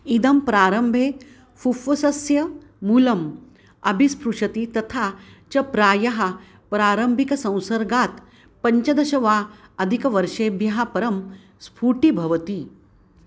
इदं प्रारम्भे फुफ़्वसस्य मूलम् अभिस्पृशति तथा च प्रायः प्रारम्भिकसंसर्गात् पञ्चदश वा अधिकवर्षेभ्यः परं स्फुटीभवति